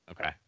Okay